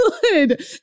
good